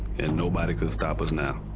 and nobody could stop us now.